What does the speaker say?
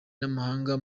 n’amahanga